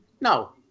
No